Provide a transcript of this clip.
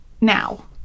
now